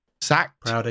Sacked